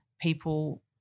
people